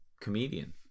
comedian